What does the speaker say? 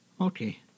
Okay